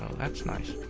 that's nice.